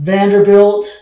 Vanderbilt